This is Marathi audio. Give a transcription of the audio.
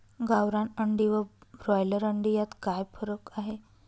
गावरान अंडी व ब्रॉयलर अंडी यात काय फरक आहे?